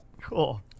Cool